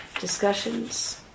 discussions